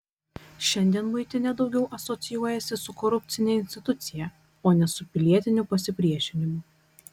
šiandien muitinė daugiau asocijuojasi su korupcine institucija o ne su pilietiniu pasipriešinimu